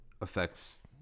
affects